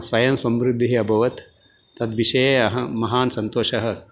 स्वयं समृद्धिः अभवत् तद् विषये अहं महान् सन्तोषः अस्मि